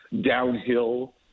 downhill